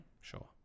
sure